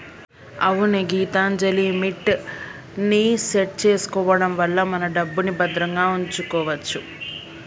అవునే గీతాంజలిమిట్ ని సెట్ చేసుకోవడం వల్ల మన డబ్బుని భద్రంగా ఉంచుకోవచ్చు